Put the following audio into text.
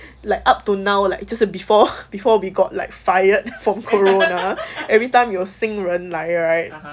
like up to now like 就是 before before we got like fired from corona every time 有心人来 right